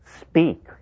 speak